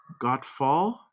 godfall